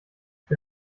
für